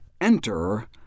Enter